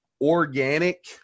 organic